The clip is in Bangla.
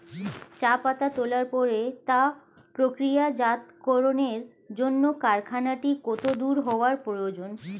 চা পাতা তোলার পরে তা প্রক্রিয়াজাতকরণের জন্য কারখানাটি কত দূর হওয়ার প্রয়োজন?